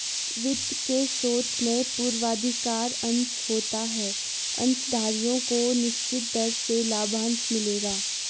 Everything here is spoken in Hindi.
वित्त के स्रोत में पूर्वाधिकार अंश होता है अंशधारियों को निश्चित दर से लाभांश मिलेगा